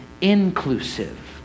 inclusive